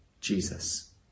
Jesus